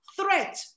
threat